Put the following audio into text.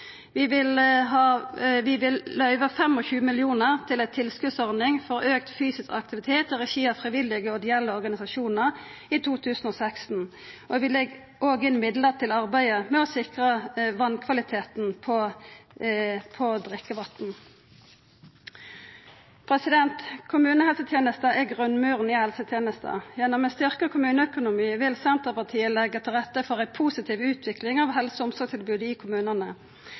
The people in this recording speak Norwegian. Vi vil løyva 25 mill. kr til ei tilskotsordning for auka fysisk aktivitet i regi av frivillige og ideelle organisasjonar i 2016, og vi legg òg inn midlar til arbeidet med å sikra kvaliteten på drikkevatnet. Kommunehelsetenesta er grunnmuren i helsetenesta. Gjennom å styrkja kommuneøkonomien vil Senterpartiet leggja til rette for ei positiv utvikling av helse- og omsorgstilbodet i kommunane.